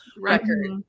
record